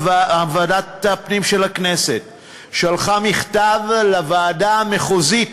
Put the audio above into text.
ועדת הפנים של הכנסת שלחה מכתב לוועדה המחוזית